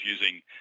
using